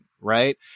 right